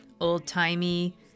old-timey